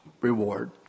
reward